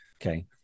Okay